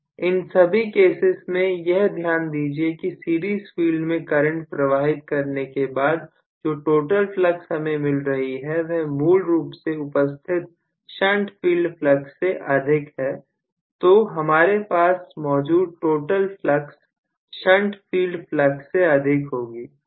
इन सभी केसेस में यह ध्यान दीजिए कि सीरीज फील्ड में करंट प्रवाहित करने के बाद जो टोटल फ्लक्स हमें मिल रही है वह मूल रूप से उपस्थित शंट फील्ड फ्लक्स से अधिक है तो हमारे पास मौजूद total flux shunt field flux से अधिक होगी